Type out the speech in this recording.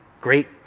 great